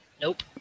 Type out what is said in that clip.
Nope